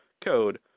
Code